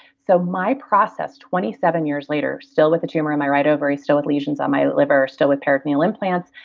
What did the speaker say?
so my process twenty seven years later still with the tumor in my right ovary, still have lesions on my liver, still with peritoneal implants,